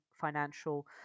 financial